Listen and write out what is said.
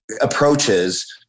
approaches